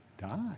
die